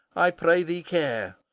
i pray thee, care,